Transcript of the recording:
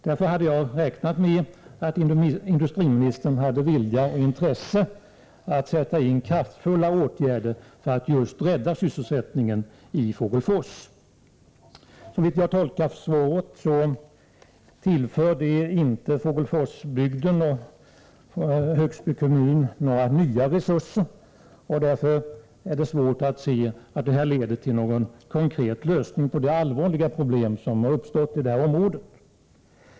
Därför hade jag räknat med att industriministern hade vilja och intresse att sätta in kraftfulla åtgärder för att just rädda sysselsättningen i Fågelfors. Som jag tolkar svaret tillförs inte Fågelforsbygden och Högsby kommun några nya resurser. Därför är det svårt att se att detta leder till någon konkret lösning på de allvarliga problem som har uppstått i området.